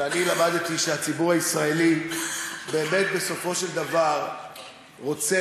למדתי שהציבור הישראלי באמת בסופו של דבר רוצה